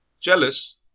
Jealous